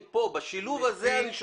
אני שואל על השילוב הזה.